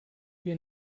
wir